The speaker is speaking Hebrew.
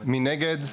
מי נגד?